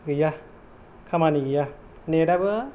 गैया खामानि गैया नेट आबो